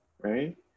Right